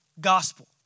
gospel